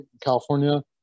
california